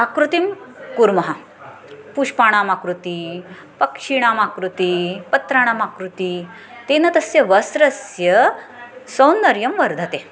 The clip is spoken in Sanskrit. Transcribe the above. आकृतिं कुर्मः पुष्पाणाम् आकृतिः पक्षीणाम् आकृतिः पत्राणाम् आकृतिः तेन तस्य वस्त्रस्य सौन्दर्यं वर्धते